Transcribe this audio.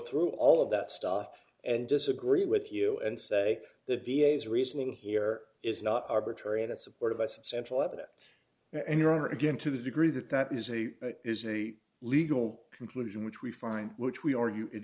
through all of that stuff and disagree with you and say the d a s reasoning here is not arbitrary that support of us central evidence and your honor again to the degree that that is a is a legal conclusion which we find which we argue it